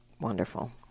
Wonderful